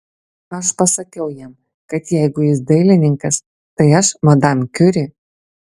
aš pasakiau jam kad jeigu jis dailininkas tai aš madam kiuri